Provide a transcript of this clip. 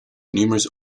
numerous